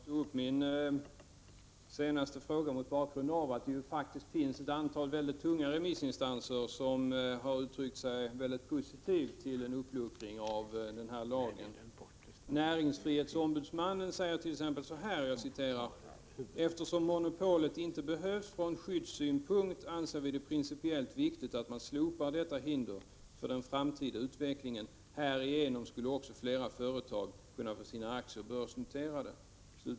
Herr talman! Jag tog upp min senaste fråga mot bakgrund av att det faktiskt finns ett antal tunga remissinstanser som har uttryckt sig mycket positivt om en uppluckring av den här lagen. Näringsfrihetombudsmannen t.ex. säger att eftersom monopolet inte behövs från skyddssynpunkt anser han det principiellt viktigt att man slopar detta hinder för den framtida utvecklingen. Härigenom skulle också flera företag kunna få sina aktier börsnoterade.